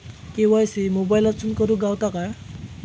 KYC मोबाईलातसून करुक गावता काय?